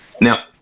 Now